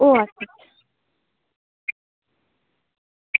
ও আচ্ছা